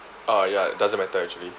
uh ya it doesn't matter actually